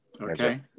Okay